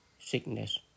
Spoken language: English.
sickness